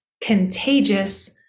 contagious